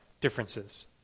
differences